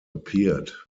appeared